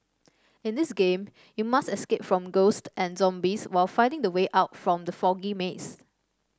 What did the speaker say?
in this game you must escape from ghost and zombies while finding the way out from the foggy maze